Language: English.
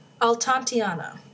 Altantiana